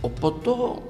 o po to